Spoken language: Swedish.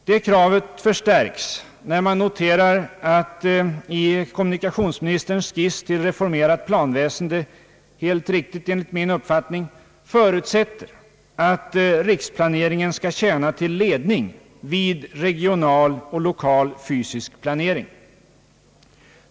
Detta krav förstärks när man noterar att kommunikationsministerns skiss till reformerat planväsende — helt riktigt enligt min uppfattning — förutsätter att riksplaneringen skall tjäna till ledning vid regional och 1okal fysisk planering.